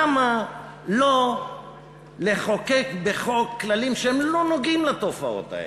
למה לא לחוקק בחוק כללים שלא נוגעים בתופעות האלה?